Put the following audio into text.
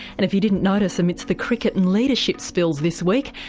and if you didn't notice amidst the cricket and leadership spills this week,